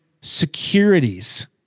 securities